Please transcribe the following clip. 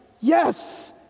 yes